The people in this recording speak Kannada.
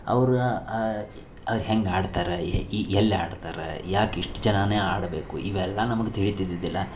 ಅವ್ರು ಅವ್ರು ಹೇಗ್ ಆಡ್ತಾರೆ ಯ ಇ ಎಲ್ಲಿ ಆಡ್ತಾರೆ ಯಾಕೆ ಇಷ್ಟು ಜನಾನೇ ಆಡಬೇಕು ಇವೆಲ್ಲ ನಮಗೆ ತಿಳೀತಿದ್ದಿದಿಲ್ಲ